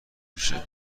میشه